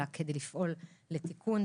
אלא כדי לפעול לתיקון.